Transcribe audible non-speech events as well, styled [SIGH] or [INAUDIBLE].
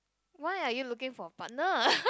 why are you looking for a partner [NOISE]